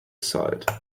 side